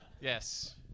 Yes